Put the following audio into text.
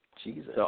Jesus